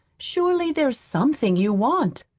surely, there's something you want.